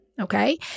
Okay